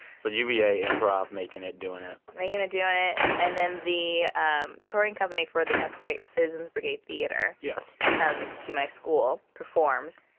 so uva improv. making it. doing it making it. doing it. and then, the um touring company for the upright citizens brigade theatre. yes. comes to my school, performs.